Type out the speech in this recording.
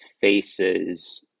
faces